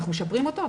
אנחנו משפרים אותו.